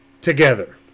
together